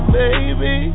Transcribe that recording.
baby